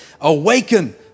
awaken